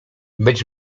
być